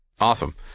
Awesome